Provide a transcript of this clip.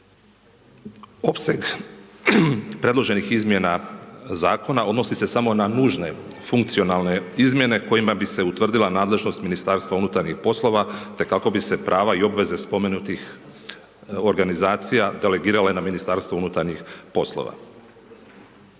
Dakle, opseg predloženih izmjena Zakona odnosi se samo na nužne funkcionalne izmjene kojima bi se utvrdila nadležnost Ministarstva unutarnjih poslova, te kako bi se prava i obveze spomenutih organizacija delegirale na Ministarstvo unutarnjih poslova.